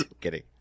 Kidding